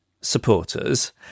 supporters